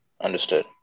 Understood